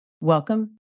welcome